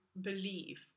believe